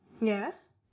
Yes